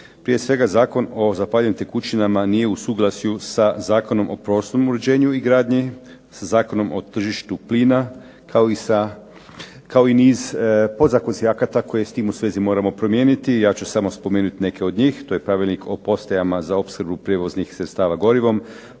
Prije svega Zakon o zapaljivim tekućinama nije u suglasju sa Zakonom o prostornom uređenju i gradnji, sa Zakonom o tržištu plina, kao i niz podzakonskih akata koje s tim u vezi moramo promijeniti. Ja ću samo spomenut neke od njih, to je Pravilnik o postajama za opskrbu prijevoznih sredstava gorivom,